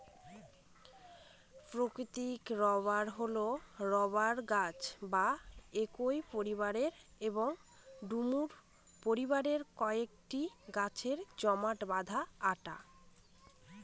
প্রাকৃতিক রবার হল রবার গাছ বা একই পরিবারের এবং ডুমুর পরিবারের কয়েকটি গাছের জমাট বাঁধা আঠা